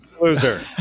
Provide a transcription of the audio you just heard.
Loser